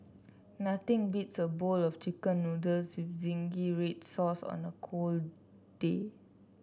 nothing beats a bowl of chicken noodles with zingy red sauce on a cold day